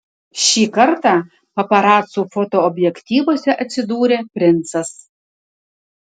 šį kartą paparacų fotoobjektyvuose atsidūrė princas